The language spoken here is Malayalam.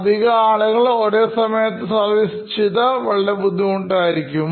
അധികം ആളുകൾ ഒരേസമയത്ത് സർവീസ് ആവശ്യപ്പെട്ടാൽ വളരെ ബുദ്ധിമുട്ടായിരിക്കും